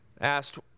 asked